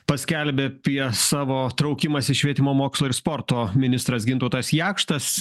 paskelbė apie savo traukimąsi švietimo mokslo ir sporto ministras gintautas jakštas